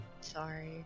Sorry